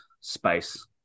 space